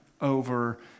over